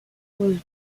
was